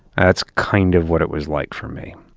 that's kind of what it was like for me.